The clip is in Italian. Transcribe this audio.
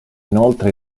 inoltre